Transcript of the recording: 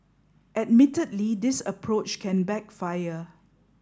admittedly this approach can backfire